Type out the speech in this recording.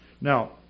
Now